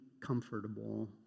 comfortable